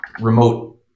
remote